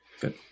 good